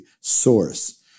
source